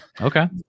Okay